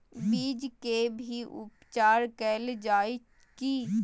बीज के भी उपचार कैल जाय की?